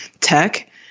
tech